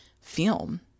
film